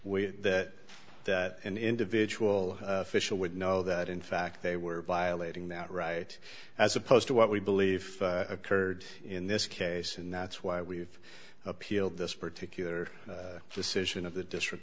with that that an individual official would know that in fact they were violating that right as opposed to what we believe occurred in this case and that's why we've appealed this particular decision of the district